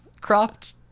cropped